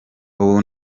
ubu